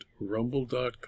rumble.com